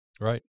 Right